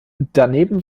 daneben